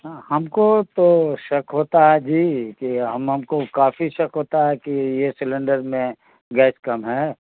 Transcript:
ہاں ہم کو تو شک ہوتا ہے جی کہ ہم ہم کو کافی شک ہوتا ہے کہ یہ سلینڈر میں گیس کم ہے